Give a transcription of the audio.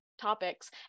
topics